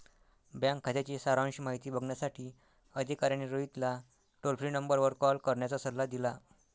bank खात्याची सारांश माहिती बघण्यासाठी अधिकाऱ्याने रोहितला टोल फ्री नंबरवर कॉल करण्याचा सल्ला दिला